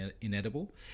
inedible